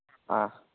ꯑ